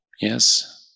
Yes